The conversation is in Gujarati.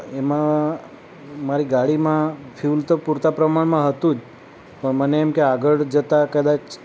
એમાં મારી ગાડીમાં ફ્યુલ તો પૂરતા પ્રમાણમાં હતું જ પણ મને એમકે આગળ જતા કદાચ